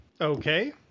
Okay